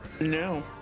No